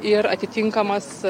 ir atitinkamas